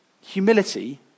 Humility